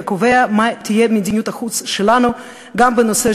וקובע מה תהיה מדיניות החוץ שלנו גם בנושא